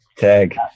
Tag